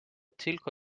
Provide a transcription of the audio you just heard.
tylko